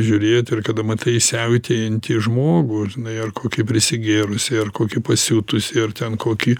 žiūrėti ir kada matai siautėjantį žmogų žinai ar kokį prisigėrusį ar kokį pasiutusį ir ten kokį